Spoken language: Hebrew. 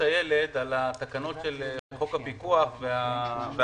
הילד על התקנות של חוק הפיקוח והמצלמות,